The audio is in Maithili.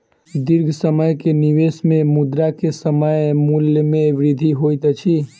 दीर्घ समय के निवेश में मुद्रा के समय मूल्य में वृद्धि होइत अछि